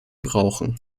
brauchen